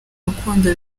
rukundo